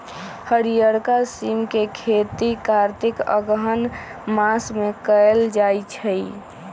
हरियरका सिम के खेती कार्तिक अगहन मास में कएल जाइ छइ